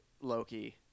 Loki